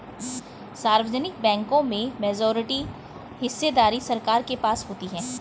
सार्वजनिक बैंकों में मेजॉरिटी हिस्सेदारी सरकार के पास होती है